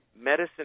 Medicine